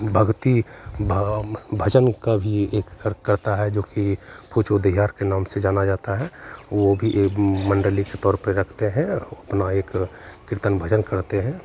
भक्ति भाव भजन का भी एक करता है जोकि पूछो दिहार के नाम से जाना जाता है वो भी एक मण्डली के तौर पे रखते हैं औ अपना एक कीर्तन भजन करते हैं